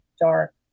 dark